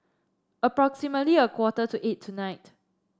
approximately a quarter to eight tonight